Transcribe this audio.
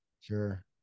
Sure